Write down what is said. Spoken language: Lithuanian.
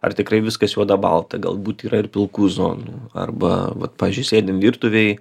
ar tikrai viskas juoda balta galbūt yra ir pilkų zonų arba vat pavyzdžiui sėdim virtuvėj